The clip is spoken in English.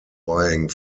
buying